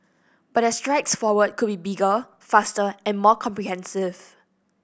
but their strides forward could be bigger faster and more comprehensive